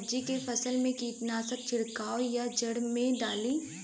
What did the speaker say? सब्जी के फसल मे कीटनाशक छिड़काई या जड़ मे डाली?